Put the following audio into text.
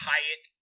Hyatt